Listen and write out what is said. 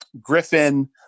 Griffin